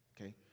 Okay